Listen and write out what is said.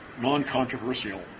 non-controversial